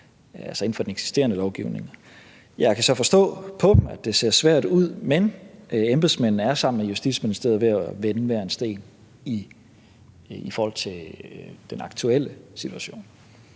altså inden for den eksisterende lovgivning. Jeg kan så forstå på dem, at det ser svært ud, men embedsmændene er sammen med Justitsministeriet ved at vende hver en sten i forhold til den aktuelle situation.